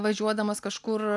važiuodamas kažkur